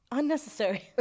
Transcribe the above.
Unnecessary